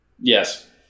Yes